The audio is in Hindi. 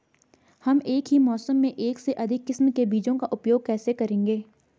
हम एक ही मौसम में एक से अधिक किस्म के बीजों का उपयोग कैसे करेंगे?